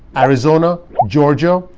arizona, georgia,